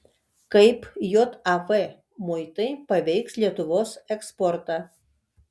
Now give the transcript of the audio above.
kaip jav muitai paveiks lietuvos eksportą